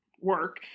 work